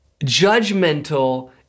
judgmental